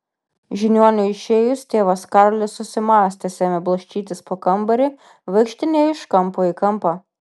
žiniuoniui išėjus tėvas karolis susimąstęs ėmė blaškytis po kambarį vaikštinėjo iš kampo į kampą